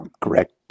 correct